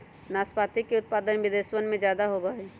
नाशपाती के उत्पादन विदेशवन में ज्यादा होवा हई